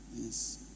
Yes